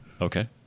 Okay